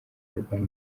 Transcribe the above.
urban